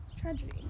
tragedy